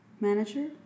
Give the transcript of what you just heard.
manager